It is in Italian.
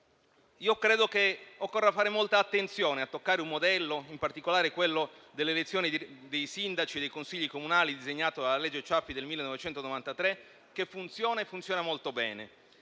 credo che occorra fare molta attenzione a toccare un modello, in particolare quello dell'elezione dei sindaci e dei consigli comunali, disegnato dalla legge Ciampi del 1993, che funziona molto bene.